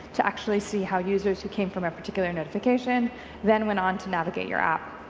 to actually stee how users who came from a particular notification then went on to navigate your app.